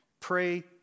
Pray